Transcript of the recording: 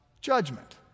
Judgment